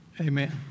amen